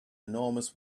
enormous